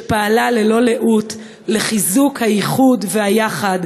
שפעלה ללא לאות לחיזוק הייחוד והיחד